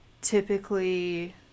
Typically